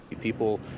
People